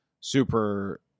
super